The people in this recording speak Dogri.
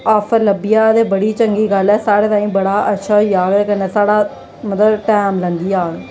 आफर लब्बी जाह्ग ते बड़ी चंगी गल्ल ऐ साढ़े ताईं बड़ा अच्छा होई जाग ते कन्नै साढ़ा मतलब टैम लंघी जाग